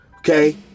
Okay